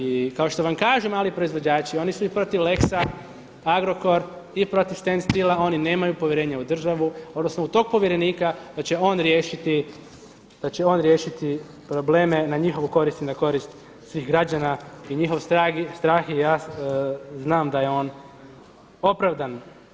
I kao što vam kažu mali proizvođači, oni su i protiv lex Agrokor i protiv stand stilla, oni nemaju povjerenje u državu, odnosno u tog povjerenika da će on riješiti probleme na njihovu koristi i na korist svih građana i njihov strah je, znam da je on opravdan.